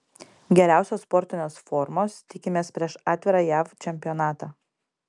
geriausios sportinės formos tikimės prieš atvirą jav čempionatą